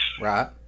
right